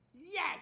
Yes